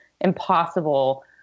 impossible